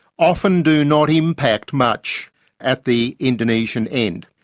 often do not impact much at the indonesian end.